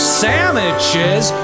sandwiches